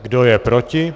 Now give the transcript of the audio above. Kdo je proti?